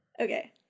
Okay